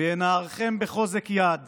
וינערכם בחוזק יד /